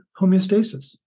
homeostasis